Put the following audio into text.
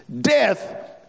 death